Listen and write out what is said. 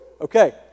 Okay